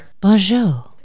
Bonjour